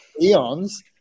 eons